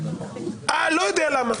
לא יודע למה.